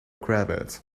cravat